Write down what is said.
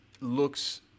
looks